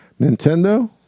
Nintendo